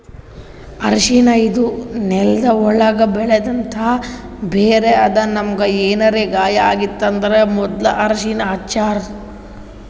ಅರ್ಷಿಣ ಇದು ನೆಲ್ದ ಒಳ್ಗ್ ಬೆಳೆಂಥ ಬೇರ್ ಅದಾ ನಮ್ಗ್ ಏನರೆ ಗಾಯ ಆಗಿತ್ತ್ ಅಂದ್ರ ಮೊದ್ಲ ಅರ್ಷಿಣ ಹಚ್ತಾರ್